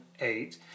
eight